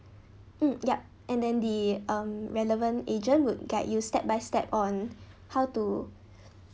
mm yup and the um relevant agent would guide you step by step on how to